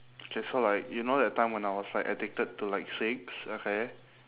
okay so like you know that time when I was like addicted to like cigs okay